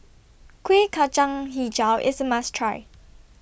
Kueh Kacang Hijau IS A must Try